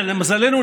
למזלנו,